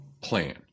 plan